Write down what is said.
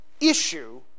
issue